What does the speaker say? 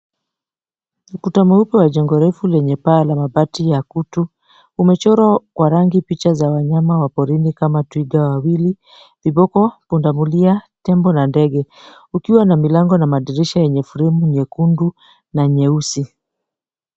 Ukuta mweupe wa jengo refu lenye paa la mabati ya kutu umechorwa kwa rangi picha za wanyama wa porini kama twiga wawili, viboko, punda mlia, tembo na ndege, ukiwa na milango na madirisha yenye fremu nyekundu na nyeusi.